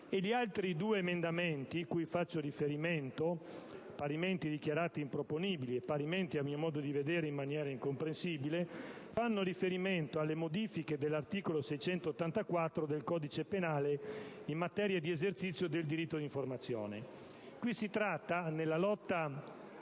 Gli altri due emendamenti sui quali vorrei soffermarmi, parimenti dichiarati improponibili - parimenti, a mio modo di vedere, in maniera incomprensibile - fanno riferimento alle modifiche dell'articolo 684 del codice penale in materia di esercizio del diritto di informazione. Qui si tratta, nell'ambito